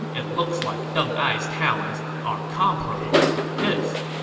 it looks like deng ai's talents are comparable to his.